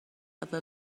other